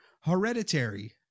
Hereditary